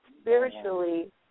spiritually